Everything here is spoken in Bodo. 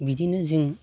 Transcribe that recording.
बिदियैनो जों